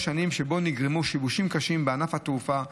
שנים שבו נגרמו שיבושים קשים בענף התעופה.